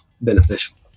beneficial